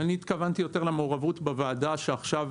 אני התכוונתי יותר למעורבות בוועדה שעכשיו